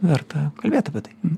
verta kalbėt apie tai